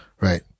Right